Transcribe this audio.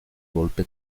golpe